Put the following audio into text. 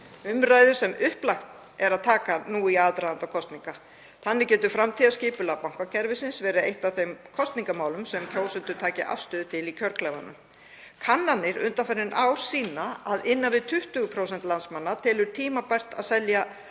umræðu sem upplagt er að taka nú í aðdraganda kosninga. Þannig getur framtíðarskipulag bankakerfisins verið eitt af þeim kosningamálum sem kjósendur taka afstöðu til í kjörklefanum. Kannanir undanfarin ár sýna að innan við 20% landsmanna telja tímabært að ríkið